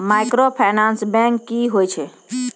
Microfinance bank की होय छै?